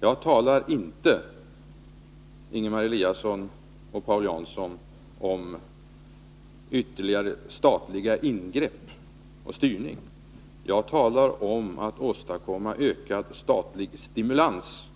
Jag talar inte, Ingemar Eliasson och Paul Jansson, om ytterligare statliga ingrepp och styrning, utan jag talar om att åstadkomma ökad statlig stimulans